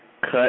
cut